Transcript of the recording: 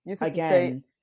again